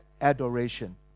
adoration